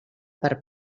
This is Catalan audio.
per